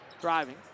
driving